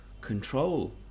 control